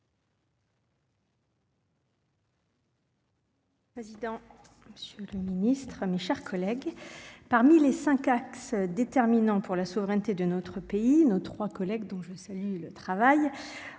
4 minutes. Président, Monsieur le Ministre, mes chers collègues, parmi les 5 axes déterminant pour la souveraineté de notre pays, nos 3 collègues dont je salue le travail